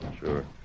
Sure